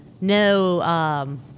No